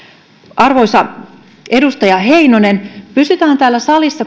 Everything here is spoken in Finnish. arvoisa edustaja heinonen pysytään täällä salissa